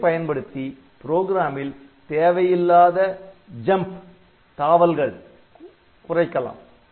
இதை பயன்படுத்தி புரோகிராமில் தேவையில்லாத தாவல்களை குறைக்கலாம்